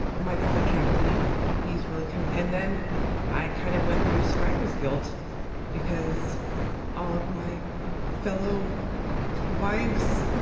oh my god, i can't believe he's really coming. and then i kind of went through survivor's guilt because all of my fellow wives,